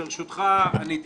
ברשותך אני אתייחס,